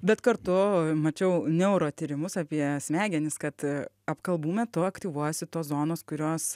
bet kartu mačiau neurotyrimus apie smegenis kad apkalbų metu aktyvuojasi tos zonos kurios